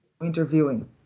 interviewing